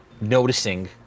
noticing